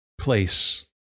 place